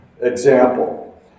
example